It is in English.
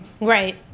Right